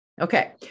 Okay